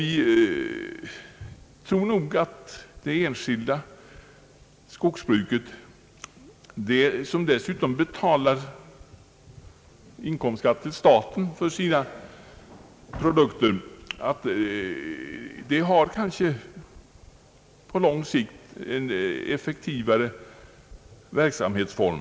Vi anser nog att det enskilda skogsbruket, som dessutom ger staten inkomstskatt för sina produkter, på lång sikt är en effektivare verksamhetsform.